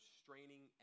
straining